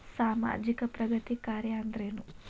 ಸಾಮಾಜಿಕ ಪ್ರಗತಿ ಕಾರ್ಯಾ ಅಂದ್ರೇನು?